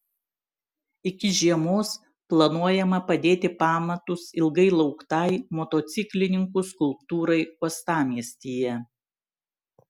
iki žiemos planuojama padėti pamatus ilgai lauktai motociklininkų skulptūrai uostamiestyje